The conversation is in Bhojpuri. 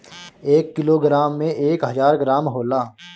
एक किलोग्राम में एक हजार ग्राम होला